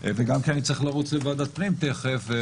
וגם כי אני צריך לרוץ לוועדת הפנים והגנת הסביבה תיכף,